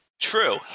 True